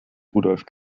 rudolph